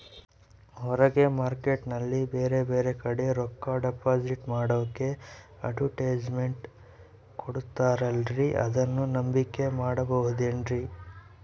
ಹೊರಗೆ ಮಾರ್ಕೇಟ್ ನಲ್ಲಿ ಬೇರೆ ಬೇರೆ ಕಡೆ ರೊಕ್ಕ ಡಿಪಾಸಿಟ್ ಮಾಡೋಕೆ ಅಡುಟ್ಯಸ್ ಮೆಂಟ್ ಕೊಡುತ್ತಾರಲ್ರೇ ಅದನ್ನು ನಂಬಿಕೆ ಮಾಡಬಹುದೇನ್ರಿ?